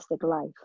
life